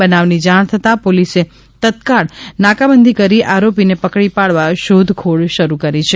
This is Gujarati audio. બનાવની જાણ થતાં પોલીસે તત્કાળ નાકાબંધી કરી આરોપીને પકડી પાડવા શોધખોળ શરૂ કરી હતી